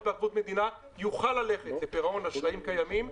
בערבות מדינה יוכל ללכת לפירעון אשראים קיימים,